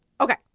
Okay